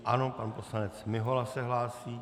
Ano, pan poslanec Mihola se hlásí.